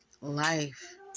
life